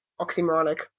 oxymoronic